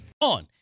On